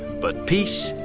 but peace,